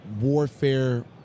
warfare